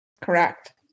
Correct